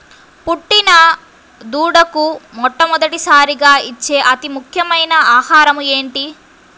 పుట్టిన దూడకు మొట్టమొదటిసారిగా ఇచ్చే అతి ముఖ్యమైన ఆహారము ఏంటి?